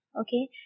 Okay